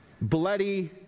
bloody